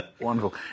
Wonderful